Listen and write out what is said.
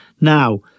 now